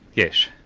yes.